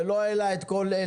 ולא העלה את כל אלה.